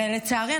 ולצערי,